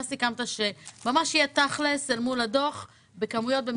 סיכמת שיהיה מימש תכל'ס אל מול הדוח במספרים,